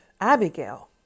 Abigail